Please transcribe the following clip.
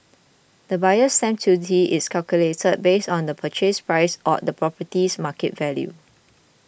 the Buyer's Stamp Duty is calculated based on the Purchase Price or the property's market value